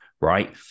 right